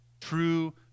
True